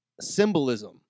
symbolism